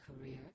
career